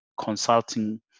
consulting